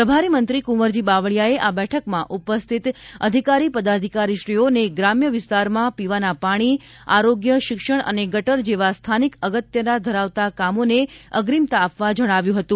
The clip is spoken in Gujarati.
પ્રભારી મંત્રી કુંવરજી બાવળીયાએ આ બેઠકમાં ઉપસ્થિત અધિકારી પદાધિકારીશ્રીઓને ગ્રામ્ય વિસ્તારમાં પીવાના પાણી આરોગ્ય શિક્ષણ અને ગટર જેવા સ્થાનિક અગત્યતા ધરાવતા કામોને અગ્રિમતા આપવા જણાવ્યું હતુ